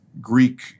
Greek